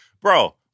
bro